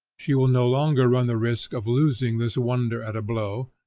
she will no longer run the risk of losing this wonder at a blow,